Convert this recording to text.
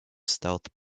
stealth